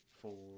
four